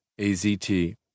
AZT